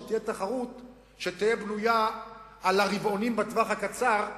שתהיה תחרות שתהיה בנויה על הרבעונים בטווח הקצר,